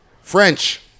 French